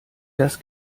das